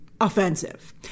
offensive